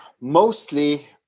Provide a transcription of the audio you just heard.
mostly